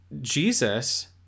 Jesus